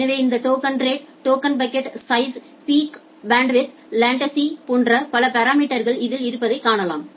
எனவே இந்த token rate token bucket size peak bandwidth latency போன்ற பல பாராமீட்டர்கள் இதில் இருப்பதைக் காணலாம்